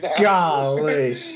Golly